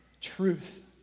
truth